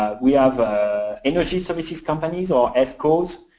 we have energy services companies, or escos,